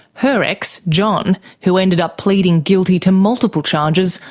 her ex john, who ended up pleading guilty to multiple charges,